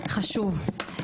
חשוב.